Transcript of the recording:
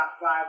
five